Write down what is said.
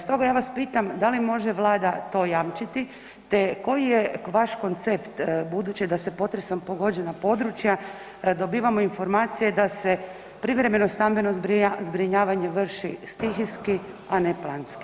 Stoga ja vas pitam, da li može Vlada to jamčiti te koji je vaš koncept budući da su potresom pogođena područja, dobivamo informacije da se privremeno stambeno zbrinjavanje vrši stihijski a ne planski?